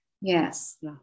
Yes